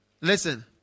Listen